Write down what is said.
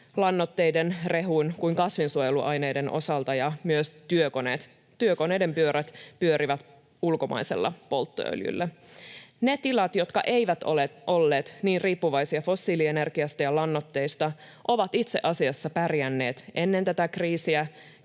lannoitteiden, rehun kuin kasvinsuojeluaineiden osalta ja myös työkoneiden pyörät pyörivät ulkomaisella polttoöljyllä. Ne tilat, jotka eivät ole olleet niin riippuvaisia fossiilienergiasta ja lannoitteista, ovat itse asiassa pärjänneet ennen tätä kriisiä